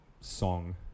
song